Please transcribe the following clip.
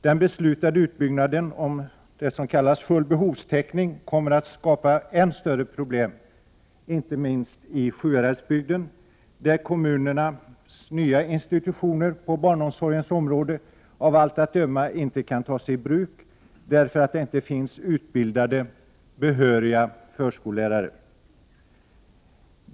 Den beslutade utbyggnaden till det som kallas full behovstäckning kommer att skapa ännu större problem, inte minst i Sjuhäradsbygden, där kommunernas nya institutioner på barnomsorgens område av allt att döma inte kan tas i bruk därför att det inte finns utbildade behöriga förskollärare.